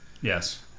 Yes